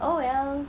mm